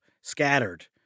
scattered